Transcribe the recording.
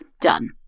done